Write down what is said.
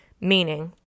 Meaning